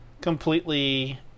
completely